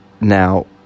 Now